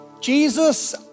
Jesus